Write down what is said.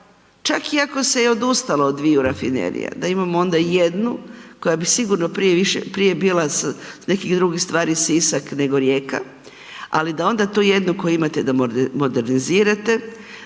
čak ako se je i odustalo od dviju rafinerija da imamo onda jednu koja bi sigurno prije bila s nekih drugih stvari Sisak nego Rijeka, ali da onda tu jednu koju imate da modernizirate,